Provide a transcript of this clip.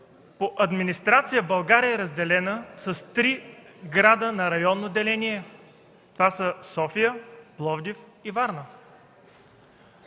по администрация България е разделена – три града с районно деление: София, Пловдив и Варна.